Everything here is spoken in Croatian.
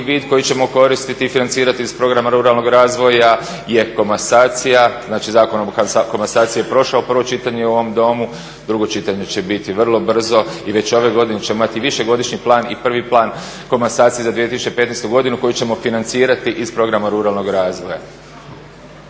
vid koji ćemo koristiti i financirati iz Programa ruralnog razvoja je komasacija, znači Zakon o komasaciji je prošao prvo čitanje u ovom domu, drugo čitanje će biti vrlo brzo i već ove godine ćemo imati višegodišnji plan i prvi plan komasacije za 2015. godinu koji ćemo financirati iz programa ruralnog razvoja.